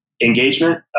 Engagement